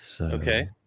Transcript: Okay